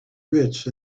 rich